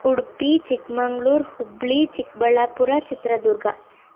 Udupi Chikkamagaluru Hubballi Chikkaballapur Chitradurga